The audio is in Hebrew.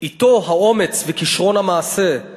"אִתו האומץ וכישרון המעשה /